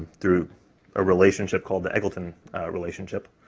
through a relationship called the eggleton relationship.